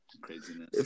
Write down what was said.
Craziness